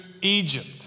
Egypt